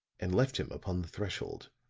and left him upon the threshold,